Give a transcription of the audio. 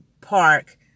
park